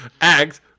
act